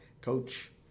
Coach